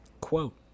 Quote